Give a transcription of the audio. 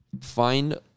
find